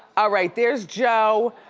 ah right, there's joe.